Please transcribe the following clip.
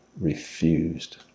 refused